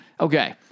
okay